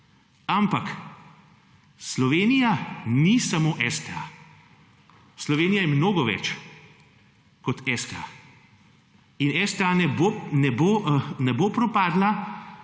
Ampak Slovenija ni samo STA. Slovenija je mnogo več kot STA. In STA ne bo propadla,